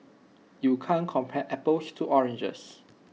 you can't compare apples to oranges